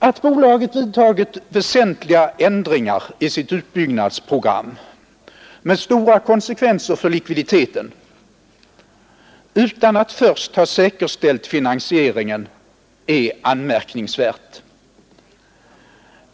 Att bolaget vidtagit väsentliga ändringar i sitt utbyggnadsprogram, med stora konsekvenser för likviditeten, utan att först ha säkerställt finansieringen är anmärkningsvärt.